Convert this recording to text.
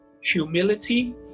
humility